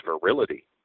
virility